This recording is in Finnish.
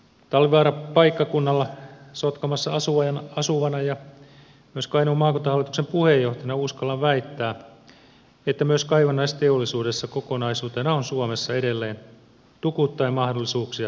talvivaaran paikkakunnalla sotkamossa asuvana ja myös kainuun maakuntahallituksen puheenjohtajana uskallan väittää että myös kaivannaisteollisuudessa kokonaisuutena on suomessa edelleen tukuittain mahdollisuuksia työpaikkoihin